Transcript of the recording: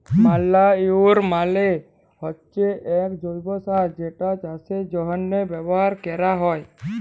ম্যালইউর মালে হচ্যে এক জৈব্য সার যেটা চাষের জন্হে ব্যবহার ক্যরা হ্যয়